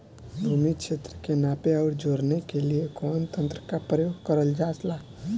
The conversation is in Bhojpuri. भूमि क्षेत्र के नापे आउर जोड़ने के लिए कवन तंत्र का प्रयोग करल जा ला?